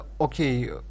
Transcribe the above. okay